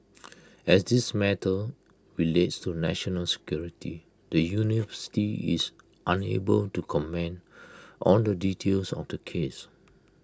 as this matter relates to national security the university is unable to comment on the details of the case